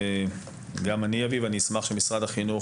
אני אשמח שמשרד החינוך,